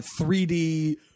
3D